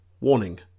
Warning